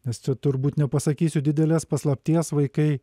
nes čia turbūt nepasakysiu didelės paslapties vaikai